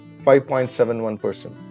5.71%